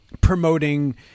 promoting